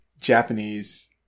Japanese